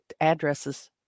addresses